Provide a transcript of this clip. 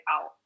out